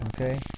Okay